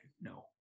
No